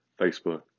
Facebook